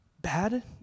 bad